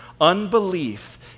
Unbelief